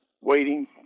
waiting